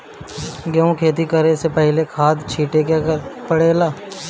गेहू के खेती करे से पहिले खाद छिटे के परेला का?